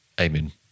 Amen